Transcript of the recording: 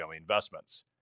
investments